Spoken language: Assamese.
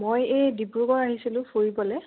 মই এই ডিব্ৰুগড় আহিছিলোঁ ফুৰিবলৈ